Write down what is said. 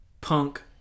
punk